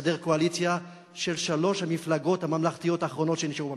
לסדר קואליציה של שלוש המפלגות הממלכתיות האחרונות שנשארו במדינה,